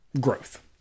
Growth